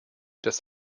dass